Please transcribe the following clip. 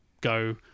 go